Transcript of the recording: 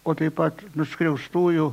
o taip pat nuskriaustųjų